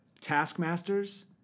taskmasters